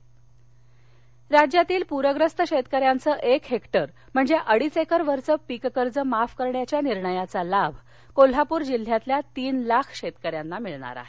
कोल्हापर राज्यातील प्रग्रस्त शेतकऱ्यांचे एक हेक्टर म्हणजे अडीच एकर वरील पिक कर्ज माफ करण्याच्या निर्णयाचा लाभ कोल्हापूर जिल्ह्यातील तीन लाख शेतकऱ्यांना मिळणार आहे